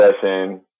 session